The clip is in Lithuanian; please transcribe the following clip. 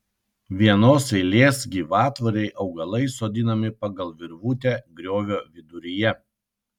vienos eilės gyvatvorei augalai sodinami pagal virvutę griovio viduryje